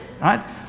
right